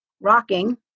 rocking